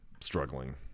struggling